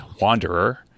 Wanderer